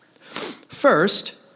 First